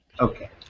Okay